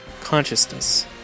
consciousness